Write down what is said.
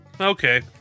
Okay